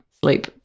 Sleep